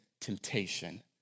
temptation